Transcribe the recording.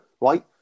right